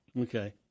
Okay